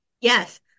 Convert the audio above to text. yes